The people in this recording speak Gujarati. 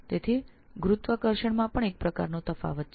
આમ ગુરુત્વાકર્ષણમાં પણ એક પ્રકારનો તફાવત છે